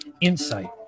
insight